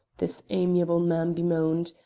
this amiable man bemoaned.